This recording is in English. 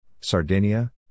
Sardinia